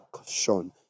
action